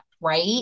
right